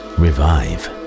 revive